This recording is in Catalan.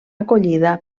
acollida